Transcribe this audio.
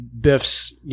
Biff's